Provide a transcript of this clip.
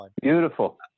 beautiful